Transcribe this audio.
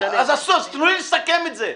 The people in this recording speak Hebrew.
אז תנו לי לסכם את זה.